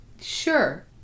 Sure